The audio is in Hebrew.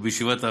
ובישיבת ההפקדה: